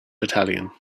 battalion